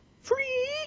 Free